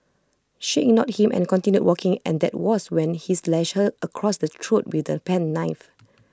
she ignored him and continued walking and that was when he slashed her across the throat with the penknife